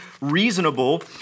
reasonable